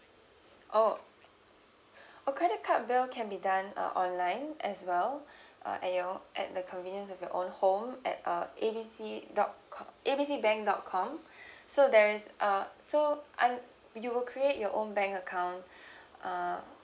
oh a credit card bill can be done uh online as well uh at your at the convenience of your own home at uh A B C dot com A B C bank dot com so there is uh so I'm you will create your own bank account uh